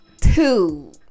two